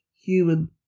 human